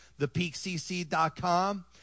thepeakcc.com